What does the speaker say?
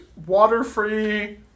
Water-free